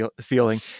feeling